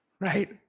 Right